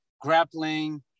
grappling